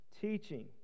teaching